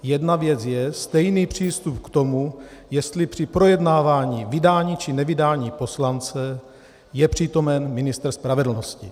Jedna věc je stejný přístup k tomu, jestli při projednávání vydání či nevydání poslance je přítomen ministr spravedlnosti.